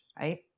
right